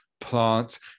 plants